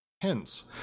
Hence